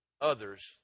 others